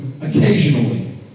occasionally